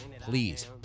please